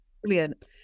brilliant